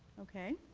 okay.